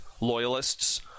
loyalists